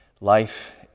Life